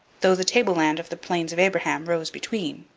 though the tableland of the plains of abraham rose between,